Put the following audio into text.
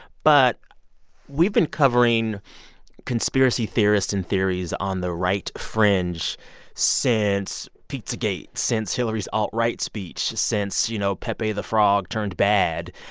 but we've been covering conspiracy theorists and theories on the right fringe since pizzagate, since hillary's alt-right speech, since, you know, pepe the frog turned bad.